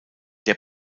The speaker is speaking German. der